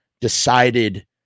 decided